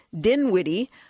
Dinwiddie